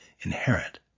inherit